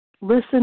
listen